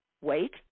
wait